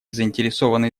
заинтересованные